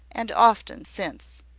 and often since.